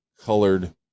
colored